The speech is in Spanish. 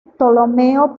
ptolomeo